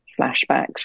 flashbacks